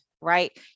right